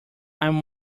i’m